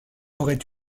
aurait